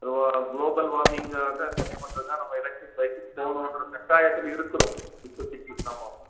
அதுவா global warming அதை கம்மி பண்ணுறது தான் நம்ம எலக்ட்ரிக் பைக் போகனுன்ற கட்டாயததில் இருக்கிறோம் இப்போதைக்கு ஆமாம்